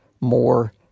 more